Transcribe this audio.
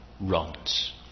runs